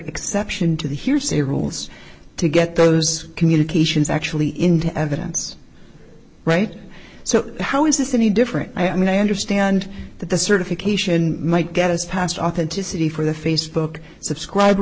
exception to the hearsay rules to get those communications actually into evidence right so how is this any different i mean i understand that the certification might get us past authenticity for the facebook subscriber